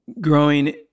growing